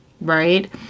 right